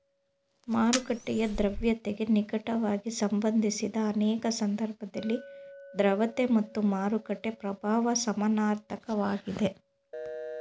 ಮಾರುಕಟ್ಟೆಯ ದ್ರವ್ಯತೆಗೆ ನಿಕಟವಾಗಿ ಸಂಬಂಧಿಸಿದ ಅನೇಕ ಸಂದರ್ಭದಲ್ಲಿ ದ್ರವತೆ ಮತ್ತು ಮಾರುಕಟ್ಟೆ ಪ್ರಭಾವ ಸಮನಾರ್ಥಕ ವಾಗಿದೆ